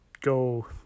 go